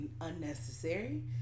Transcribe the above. unnecessary